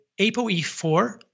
APOE4